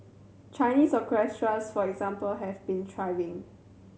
Chinese orchestras for example have been thriving